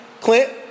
Clint